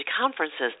conferences